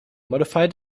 modified